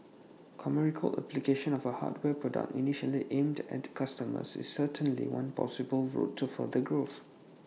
commercial application of A hardware product initially aimed at consumers is certainly one possible route to further growth